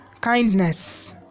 kindness